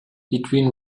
between